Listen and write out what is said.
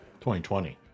2020